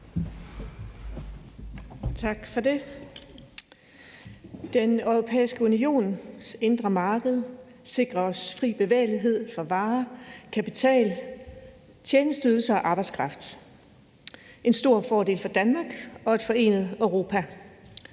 Tak for det. Den europæiske unions indre marked sikrer os fri bevægelighed for varer, kapital, tjenesteydelser og arbejdskraft. Det er en stor fordel for Danmark og et forenet Europa.